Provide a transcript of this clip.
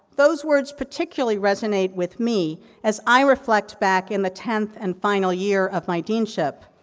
those words particularly resonated with me, as i reflect back in the tenth and final year of my deanship.